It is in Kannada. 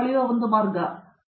ಅರಂದಾಮ ಸಿಂಗ್ ಹೌದು